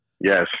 Yes